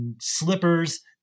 slippers